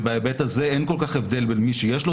ובהיבט הזה אין כל כך הבדל בין מי שיש לו